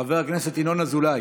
חבר הכנסת ינון אזולאי.